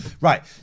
Right